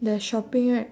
there's shopping right